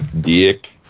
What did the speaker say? Dick